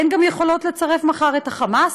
הן גם יכולות לצרף מחר את ה"חמאס",